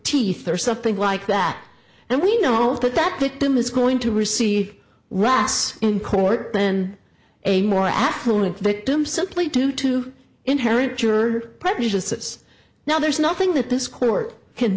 teeth or something like that and we know that that victim is going to receive the ras in court then a more affluent victim simply due to inherent your prejudices now there's nothing that this court can